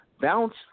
Bounce